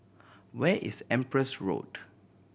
where is Empress Road